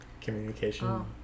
communication